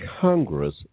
Congress